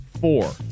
four